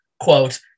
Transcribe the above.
quote